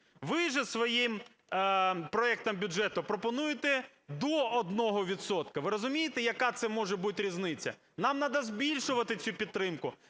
Ви же своїм проектом бюджету пропонуєте до 1 відсотка. Ви розумієте, яка це може бути різниця? Нам треба збільшувати цю підтримку.